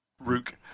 Rook